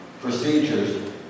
procedures